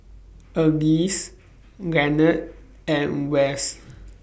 Alease Lanette and Wes